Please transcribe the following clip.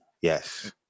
Yes